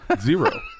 Zero